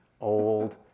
old